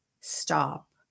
stop